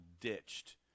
Ditched